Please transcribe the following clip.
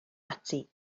ati